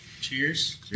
Cheers